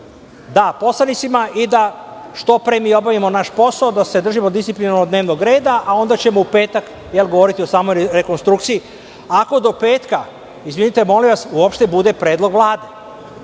da poslanicima i da što pre mi obavimo naš posao, da se držimo disciplinovano dnevnog reda, a onda ćemo u petak govoriti o samoj rekonstrukciji, ako do petka, izvinite molim vas, uopšte bude predlog Vlade. Mi